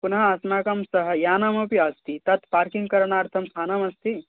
पुनः अस्माकं सह यानमपि अस्ति अत् पार्किङ्ग् करणार्थं स्थानमस्ति